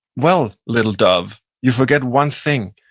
well, little dove, you forget one thing,